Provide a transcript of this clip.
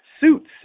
suits